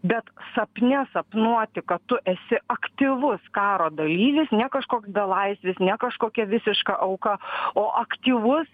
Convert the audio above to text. bet sapne sapnuoti kad tu esi aktyvus karo dalyvis ne kažkoks belaisvis ne kažkokia visiška auka o aktyvus